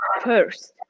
first